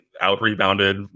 out-rebounded